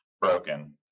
broken